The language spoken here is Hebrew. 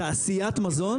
בתעשיית מזון